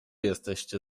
jesteście